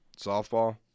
softball